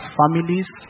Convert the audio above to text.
families